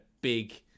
big